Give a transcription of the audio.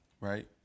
right